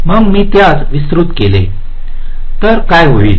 मग मी त्यास विस्तृत केले तर काय होईल